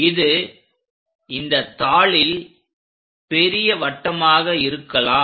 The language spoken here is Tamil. இது இந்தத் தாளில் பெரிய வட்டமாக இருக்கலாம்